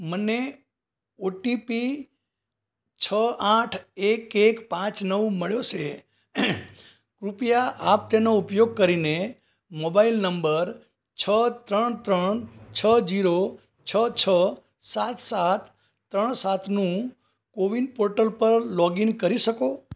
મને O T P છ આઠ એક એક પાંચ નવ મળ્યો છે કૃપયા આપ તેનો ઉપયોગ કરીને મોબાઈલ નંબર છ ત્રણ ત્રણ છ ઝીરો છ છ સાત સાત ત્રણ સાતનું કૉવિન પૉર્ટલ પર લૉગ ઈન કરી શકો